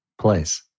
Place